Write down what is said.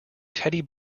teddy